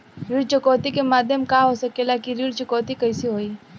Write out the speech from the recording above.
ऋण चुकौती के माध्यम का हो सकेला कि ऋण चुकौती कईसे होई?